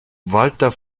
walter